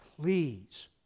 please